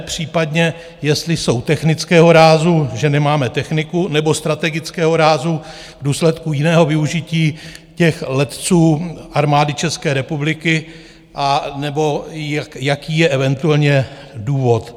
Případně jestli jsou technického rázu, že nemáme techniku, nebo strategického rázu v důsledku jiného využití těch letců Armády České republiky anebo jaký je eventuálně důvod?